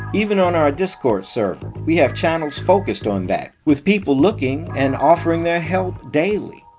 even on our discord server we have channels focused on that with people looking and offering their help daily.